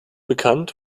bekannt